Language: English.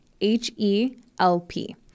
H-E-L-P